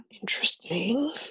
Interesting